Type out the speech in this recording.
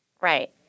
Right